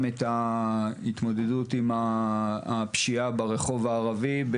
נושא ההתמודדות עם הפשיעה ברחוב הערבי.